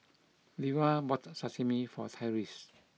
Leva bought Sashimi for Tyreese